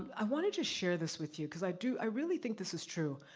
i wanted to share this with you, cause i do, i really think this is true.